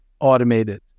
automated